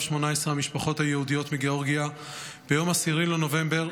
18 המשפחות היהודיות מגאורגיה ביום 10 בנובמבר.